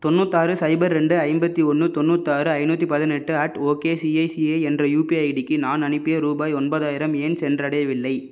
தொண்ணூற்றாறு cipher ரெண்டு ஐம்பத்தி ஒன்று தொண்ணூற்றாறு ஐந்நூற்றி பதினெட்டு அட் ஓகேசிஐசிஐ என்ற யுபிஐ ஐடிக்கு நான் அனுப்பிய ருபாய் ஒன்பதாயிரம் ஏன் சென்றடையவில்லை